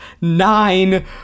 Nine